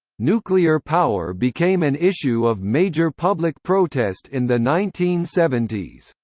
nuclear power became an issue of major public protest in the nineteen seventy s.